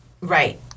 Right